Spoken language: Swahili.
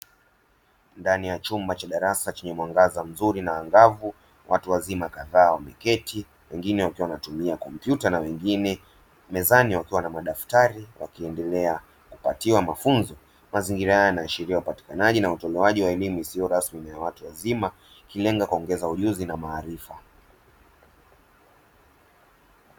Ndani ya chumba cha darasa chenye mwangaza mzuri na angavu, watu wazima kadhaa wameketi, wengine wakiwa wanatumia kompyuta na wengine mezani wakiwa na madaftari, wakiendelea kupatiwa mafunzo; hii inawakilisha elimu ya watu wazima, ikilenga kuongeza ujuzi na maarifa.